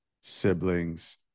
siblings